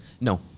No